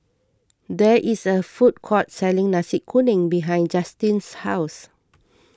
there is a food court selling Nasi Kuning behind Justine's house